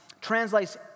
translates